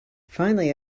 finally